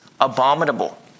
abominable